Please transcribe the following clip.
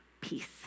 peace